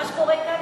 מה שקורה כאן,